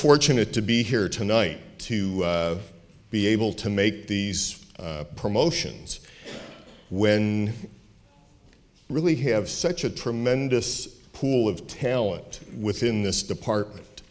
fortunate to be here tonight to be able to make these promotions when really have such a tremendous pool of talent within this department